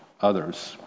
others